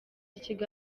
ikigo